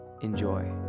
Enjoy